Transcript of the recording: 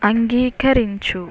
అంగీకరించు